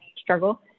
struggle